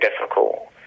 difficult